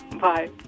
Bye